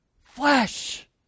flesh